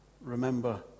remember